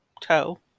toe